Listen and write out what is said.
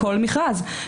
כל מכרז?